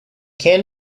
can